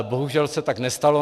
Bohužel se tak nestalo.